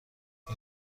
این